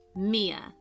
Mia